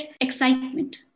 excitement